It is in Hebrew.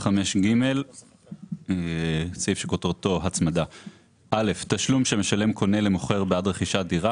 הצמדה 5ג. תשלום שמשלם קונה למוכר בעד רכישת דירה